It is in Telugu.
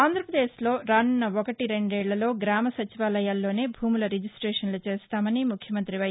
ఆంధ్రప్రదేశ్ లో రానున్న ఒకటి రెందేళ్ళలో గ్రామ సచివాలయాల్లోనే భూముల రిజిస్లేషన్లు చేస్తామని ముఖ్యమంత్రి వై